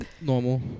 normal